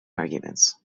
arguments